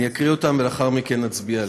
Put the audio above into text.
אני אקריא אותן, ולאחר מכן נצביע עליהן.